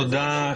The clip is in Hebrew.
תודה,